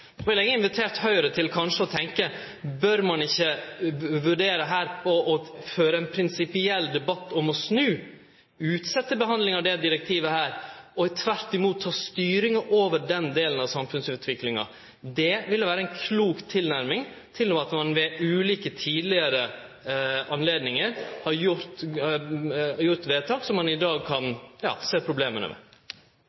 vil vere, når vi ser summen og mengda av overvaking og registrering som det over tid har vorte, at eg ville invitert Høgre til kanskje å tenkje: Bør ein ikkje her vurdere å føre ein prinsipiell debatt om å snu, utsetje behandlinga av dette direktivet, og tvert imot ta styringa over den delen av samfunnsutviklinga? Det ville vere ei klok tilnærming, ved at ein ved ulike tidlegare anledningar har gjort